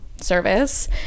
service